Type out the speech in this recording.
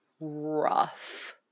rough